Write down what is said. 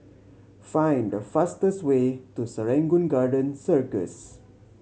find the fastest way to Serangoon Garden Circus